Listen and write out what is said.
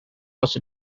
was